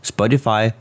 Spotify